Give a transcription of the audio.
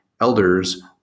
elders